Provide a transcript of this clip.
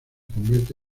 convierte